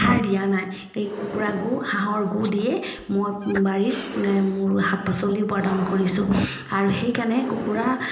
সাৰ দিয়া নাই কুকুৰা গূ হাঁহৰ গূ দিয়ে মই বাৰী মোৰ শাক পাচলি উৎপাদন কৰিছো আৰু সেইকাৰণে কুকুৰা